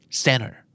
center